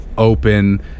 open